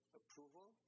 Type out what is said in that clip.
approval